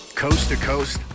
Coast-to-coast